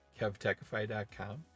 kevtechify.com